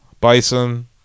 bison